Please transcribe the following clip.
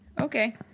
Okay